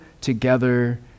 together